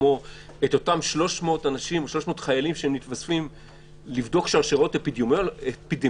כמו את אותם 300 חיילים שמתווספים לבדוק שרשראות אפידמיולוגיות,